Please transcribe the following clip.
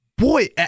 Boy